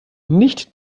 nicht